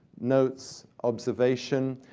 notes, observation.